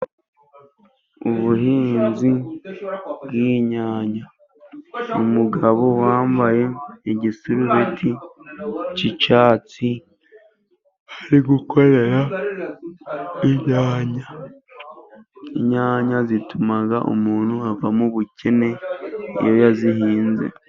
Ubuhinzi bw'inyanya, umugabo wambaye igisurubeti cy'icyatsi uri gukorera inyanya. Inyanya zituma umuntu ava mu bukene iyo yazihinze.